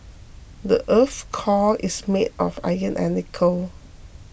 the earth's core is made of iron and nickel